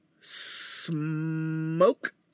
smoke